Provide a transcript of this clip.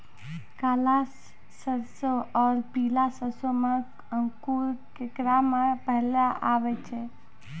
काला सरसो और पीला सरसो मे अंकुर केकरा मे पहले आबै छै?